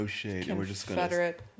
Confederate